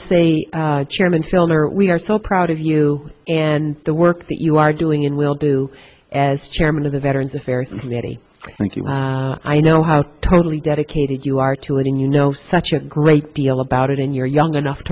to say chairman filner we are so proud of you and the work that you are doing and will do as chairman of the veterans affairs committee thank you i know how totally dedicated you are to it and you know such a great deal about it and you're young enough